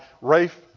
Rafe